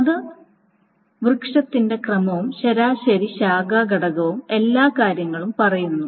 അത് വൃക്ഷത്തിന്റെ ക്രമവും ശരാശരി ശാഖാ ഘടകവും എല്ലാ കാര്യങ്ങളും പറയുന്നു